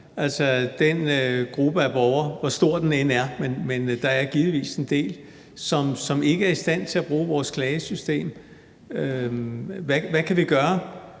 stor den gruppe af borgere egentlig er. Men der er givetvis en del, som ikke er i stand til at bruge vores klagesystem. Hvad kan vi gøre